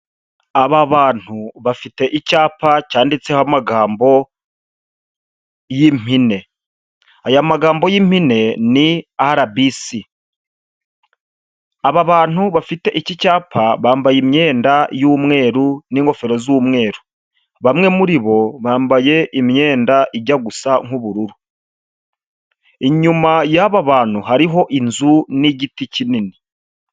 Aba bantu bafite icyapa cyanditseho amagambo y'impine, aya magambo y'impine ni RBC, aba bantu bafite iki cyapa bambaye imyenda y'umweru n'ingofero z'umweru, bamwe muri bo bambaye imyenda ijya gusa nk'uburu, inyuma y'aba bantu hariho inzu n'igiti kinini.